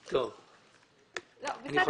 אדוני,